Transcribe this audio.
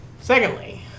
Secondly